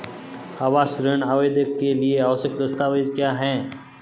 आवास ऋण आवेदन के लिए आवश्यक दस्तावेज़ क्या हैं?